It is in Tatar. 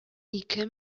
ике